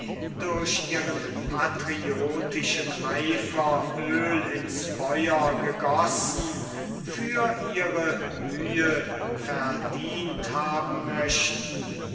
durch ihren patriotischen eifer öl ins feuer gegossen für ihre mühe verdient haben möchten